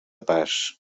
pas